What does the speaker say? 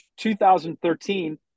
2013